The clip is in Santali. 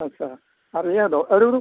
ᱟᱪᱪᱷᱟ ᱟᱨ ᱤᱭᱟᱹ ᱫᱚ ᱟᱹᱞᱩ ᱫᱚ